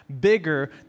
bigger